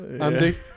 Andy